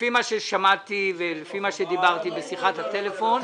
לפי מה ששמעתי ולפי מה שדיברתי בשיחת טלפון,